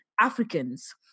Africans